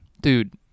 Dude